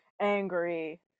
angry